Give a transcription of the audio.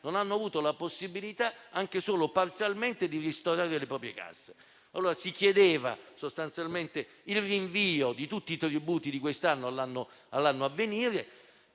non hanno avuto la possibilità anche solo parzialmente di ristorare le proprie casse. Si chiedeva sostanzialmente il rinvio di tutti i tributi di quest'anno all'anno a venire;